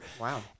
Wow